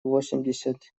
восемьдесят